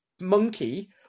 monkey